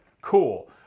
cool